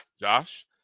Josh